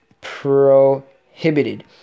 prohibited